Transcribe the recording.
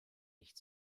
nicht